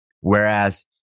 Whereas